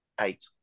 Eight